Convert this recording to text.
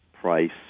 price